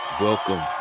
Welcome